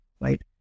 right